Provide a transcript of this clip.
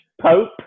Pope